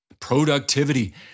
productivity